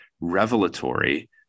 revelatory